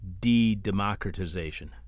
de-democratization